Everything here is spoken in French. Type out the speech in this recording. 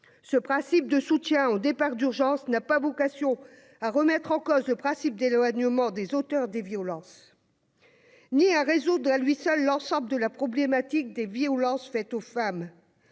Ce principe de soutien au départ d'urgence n'a pas vocation à remettre en cause le principe d'éloignement des auteurs des violences ni à résoudre à lui seul l'ensemble de la problématique des violences faites aux femmes.